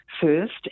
first